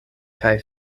kaj